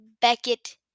Beckett